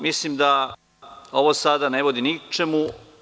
Mislim da ovo sada ne vodi ničemu.